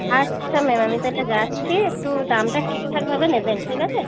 আচ্ছা ম্যাম আমি তাহলে যাচ্ছি একটু দামটা ঠিকঠাকভাবে নেবেন ঠিক আছে